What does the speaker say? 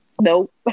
nope